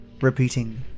repeating